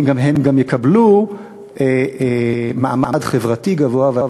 הם גם יקבלו מעמד חברתי גבוה,